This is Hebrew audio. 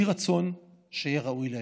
יהי רצון שאהיה ראוי להם.